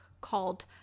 called